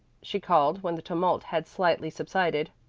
she called, when the tumult had slightly subsided.